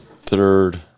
third